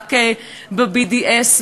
למאבק ב-BDS,